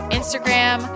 Instagram